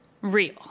Real